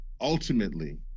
ultimately